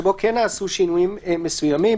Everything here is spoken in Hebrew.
שבו כן נעשו שינויים מסוימים,